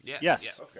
Yes